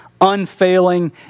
unfailing